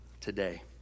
today